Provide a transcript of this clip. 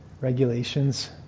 Regulations